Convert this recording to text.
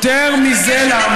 יותר מזה,